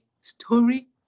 story